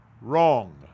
wrong